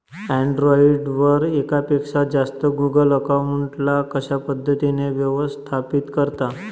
Android वर एकापेक्षा जास्त गुगल अकाउंट ला कशा पद्धतीने व्यवस्थापित करता?